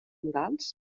morals